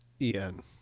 E-N